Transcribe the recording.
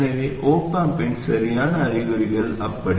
எனவே op amp இன் சரியான அறிகுறிகள் அப்படி